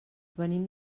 venim